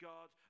God